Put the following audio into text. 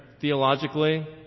theologically